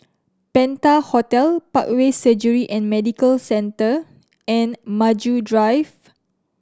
Penta Hotel Parkway Surgery and Medical Centre and Maju Drive